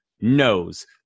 knows